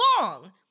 long